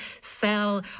sell